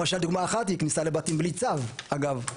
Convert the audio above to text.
למשל, דוגמה אחת היא כניסה לבתים בלי צו, אגב.